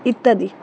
ইত্যাদি